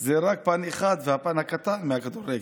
זה רק פן אחד, והפן הקטן, של הכדורגל.